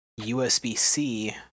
USB-C